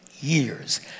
years